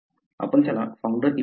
आपण त्याला founder effect म्हणतो